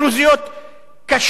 קשה שבעתיים,